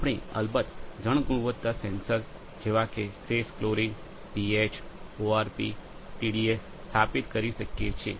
આપણે અલબત્ત જળ ગુણવત્તાવાળા સેન્સર જેવા કે શેષ કલોરિન પીએચ ઓઆરપી ટીડીએસ સ્થાપિત કરી શકીએ છીએ